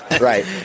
Right